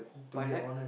but I like